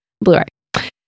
Blu-ray